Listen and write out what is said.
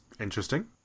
interesting